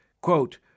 quote